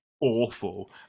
awful